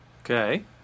Okay